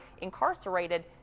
incarcerated